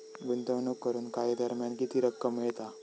गुंतवणूक करून काही दरम्यान किती रक्कम मिळता?